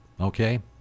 Okay